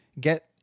get